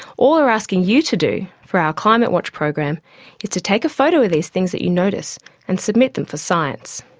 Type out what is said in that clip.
all we're asking you to do for our climatewatch program is to take a photo of these things that you notice and submit them for science.